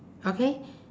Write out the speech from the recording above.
okay